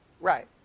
Right